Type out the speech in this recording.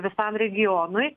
visam regionui